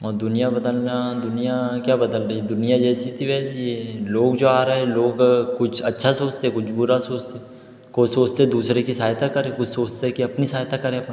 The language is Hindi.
औ दुनिया बदलना दुनिया क्या बदल रही है दुनिया जैसी थी वैसी है लोग जो आ रहे हैं लोग कुछ अच्छा सोचते कुछ बुरा सोचते कोई सोचते दूसरे के सहायता करें कोई सोचता है कि अपनी सहायता करें